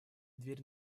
дверь